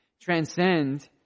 transcend